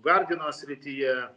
gardino srityje